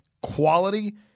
quality